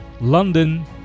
London